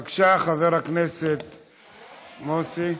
בבקשה, חבר הכנסת מוסי.